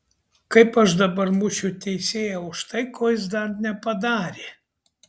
kaip aš dabar mušiu teisėją už tai ko jis dar nepadarė